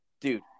Dude